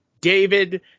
David